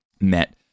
met